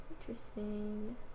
Interesting